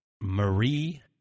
Marie